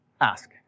ask